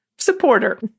supporter